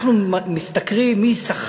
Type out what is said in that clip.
מה הייתי מצפה ממך שאתה תביא כאשר מדברים על